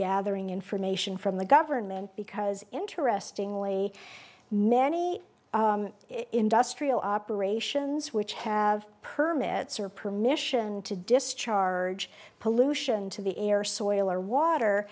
gathering information from the government because interestingly many industrial operations which have permits are permission to discharge pollution to the air soil or water